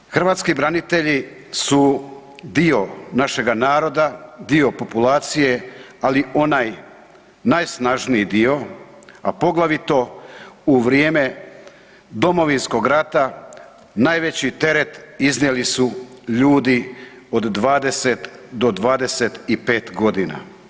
Dakle, hrvatski branitelji su dio našega naroda, dio populacije ali onaj najsnažniji dio a poglavito u vrijeme Domovinskog rata najveći teret iznijeli su ljudi od 20 do 25 godina.